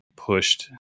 pushed